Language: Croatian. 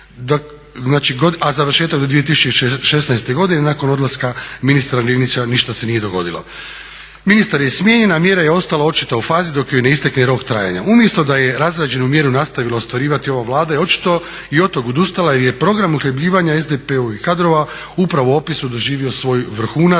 a završetak do 2016.godine. Nakon odlaska ministra Linića ništa se nije dogodilo. Ministar je smijenjen a mjera je ostala očito u fazi dok joj ne istekne rok trajanja. Umjesto da je razrađenu mjeru nastavila ostvarivati ova Vlada i očito od toga odustala jer je program uhljebljivanja SDP-ovih kadrova upravo u opisu doživio svoj vrhunac,